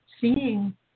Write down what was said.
seeing